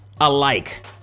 alike